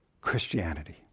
Christianity